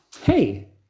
hey